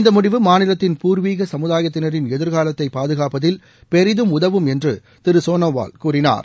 இந்த முடிவு மாநிலத்தின் பூர்வீக சமுதாயத்தினரின் எதிர்காலத்தை பாதுகாப்பதில் பெரிதும் உதவும் என்று திரு சோனாவால் கூறினார்